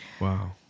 Wow